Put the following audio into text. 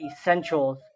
Essentials